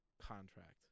contract